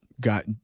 got